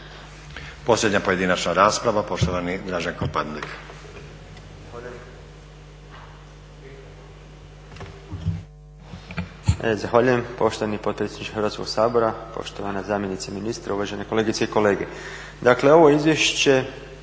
Posljednja pojedinačna rasprava, poštovani Draženko Pandek.